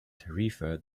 tarifa